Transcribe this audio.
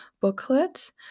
booklet